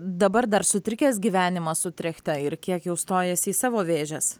dabar dar sutrikęs gyvenimas utrechte ir kiek jau stojasi į savo vėžes